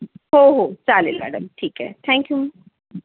हो हो चालेल मॅडम ठीक आहे थँक्यू